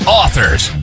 authors